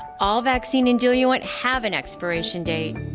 all vaccine and diluent have an expiration date.